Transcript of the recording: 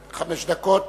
חמש דקות